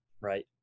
right